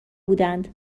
بودند